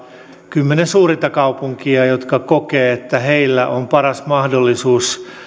kymmenen suurinta kaupunkia jotka kokevat että heillä on paras mahdollisuus